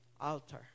altar